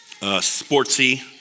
sportsy